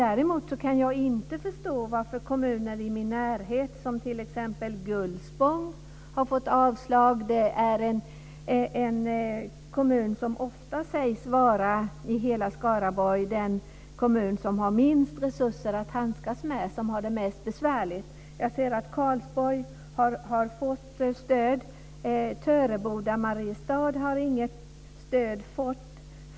Däremot kan jag inte förstå varför kommuner i min närhet som t.ex. Gullspång har fått avslag. Det är den kommun i hela Skaraborg som ofta sägs ha minst resurser att handskas med och som har det mest besvärligt. Jag ser att Karlsborg har fått stöd. Töreboda och Mariestad har inget stöd fått.